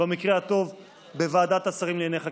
במקרה הטוב בוועדת השרים לענייני חקיקה.